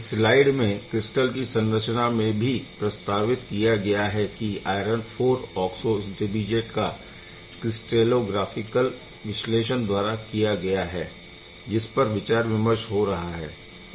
इस स्लाइड में क्रिस्टल की संरचना में भी प्रस्तावित किया गया है कि आयरन IV ऑक्सो इंटरमीडिएट का क्रिस्टैलोग्राफिकल विश्लेषण द्वारा किया गया है जिसपर विचार विमर्श हो रहा है